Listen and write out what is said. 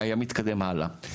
היה מתקדם הלאה.